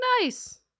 Nice